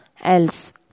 else